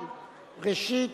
ראשית,